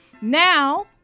Now